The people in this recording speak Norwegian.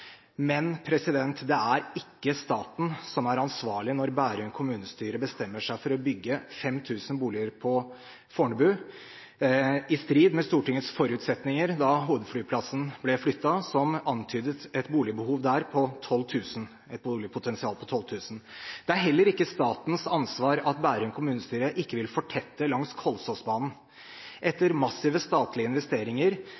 Men det er ikke staten som er ansvarlig når Bærum kommunestyre bestemmer seg for å bygge 5 000 boliger på Fornebu, i strid med Stortingets forutsetninger da hovedflyplassen ble flyttet, som antydet et boligpotensial der på 12 000. Det er heller ikke statens ansvar at Bærum kommunestyre ikke vil fortette langs Kolsåsbanen.